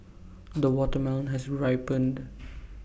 the watermelon has ripened